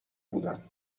بودم